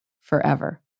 forever